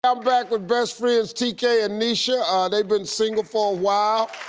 ah back with best friends tekay and nisha. ah they've been single for awhile.